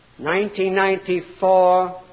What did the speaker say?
1994